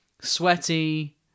sweaty